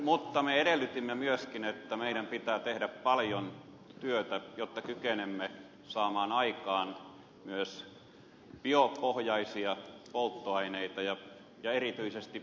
mutta me edellytimme myöskin että meidän pitää tehdä paljon työtä jotta kykenemme saamaan aikaan myös biopohjaisia polttoaineita ja erityisesti käyttämään puuta